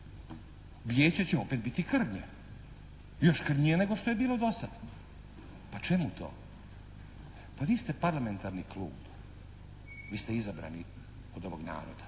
Vijeće će opet biti krnje, još krnjije nego što je bilo do sad. Pa čemu to? Pa vi ste parlamentarni klub, vi ste izabrani od ovog naroda,